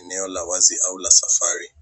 eneo la wazi au la safari.